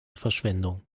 verschwendung